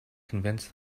convince